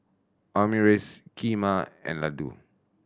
Omurice Kheema and Ladoo